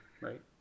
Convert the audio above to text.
right